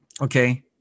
Okay